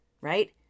right